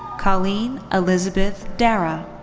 colleen elizabeth darragh.